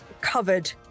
covered